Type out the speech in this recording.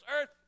earth